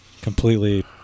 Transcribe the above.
completely